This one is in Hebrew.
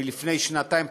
לפני שנתיים,